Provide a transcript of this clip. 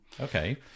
okay